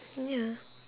oh ya